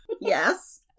Yes